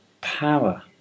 power